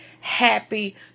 Happy